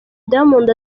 diamond